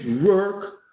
work